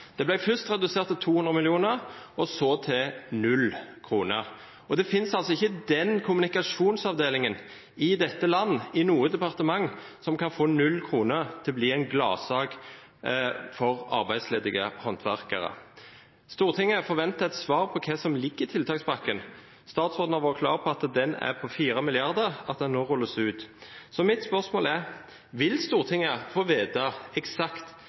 Det ble først redusert til 200 mill. kr, og så til 0 kr, og det finnes altså ikke den kommunikasjonsavdelingen i dette land, i noe departement, som kan få 0 kr til å bli en gladsak for arbeidsledige håndverkere. Stortinget forventer et svar på hva som ligger i tiltakspakken. Statsråden har vært klar på at den er på 4 mrd. kr, og at den nå rulles ut. Så mitt spørsmål er: Vil Stortinget få vite eksakt